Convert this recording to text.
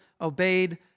obeyed